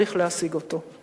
צריך להשיג אותו.